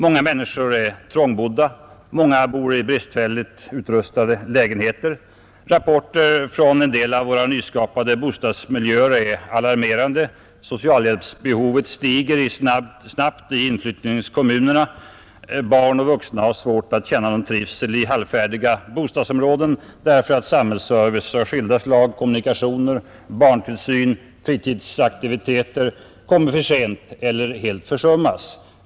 Många människor är trångbodda. Många bor i bristfälligt utrustade lägenheter. Rapporter från en del av våra nyskapade bostadsmiljöer är alarmerande. Socialhjälpsbehovet stiger snabbt i inflyttningskommunerna. Barn och vuxna har svårt att känna någon trivsel i halvfärdiga bostadsområden därför att samhällsservice av skilda slag, kommunikationer, barntillsyn, fritidsaktiviteter kommer för sent eller försummas.